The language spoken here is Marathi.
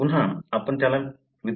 पुन्हा आपण त्याला वितळवतो